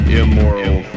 immoral